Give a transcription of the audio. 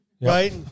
right